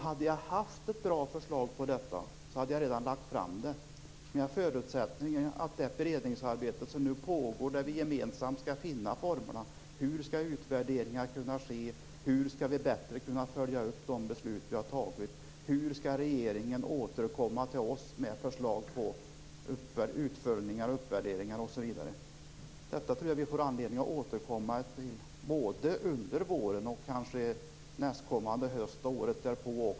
Hade jag haft ett bra förslag hade jag redan lagt fram det. Det pågår ett beredningsarbete där vi gemensamt skall finna formerna för utvärderingarna. Hur skall utvärderingar kunna ske? Hur skall vi bättre kunna följa upp de beslut vi har fattat? Hur skall regeringen återkomma till oss med förslag till utvärderingar och uppföljningar? Detta tror jag att vi får anledning att återkomma till både under våren, nästkommande höst och året därpå.